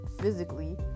physically